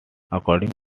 according